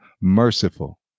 merciful